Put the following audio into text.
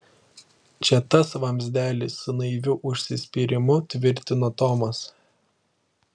čia tas vamzdelis su naiviu užsispyrimu tvirtino tomas